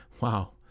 Wow